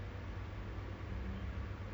we cannot complain much ah because